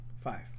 five